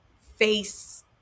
face